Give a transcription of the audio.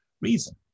reason